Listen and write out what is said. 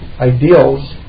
ideals